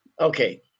Okay